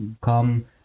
come